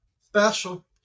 special